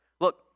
Look